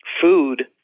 food